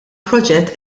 proġett